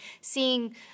seeing